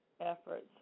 efforts